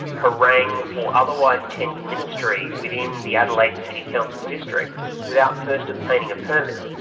harangue or otherwise tend ministry within the adelaide city council district without first obtaining a permit.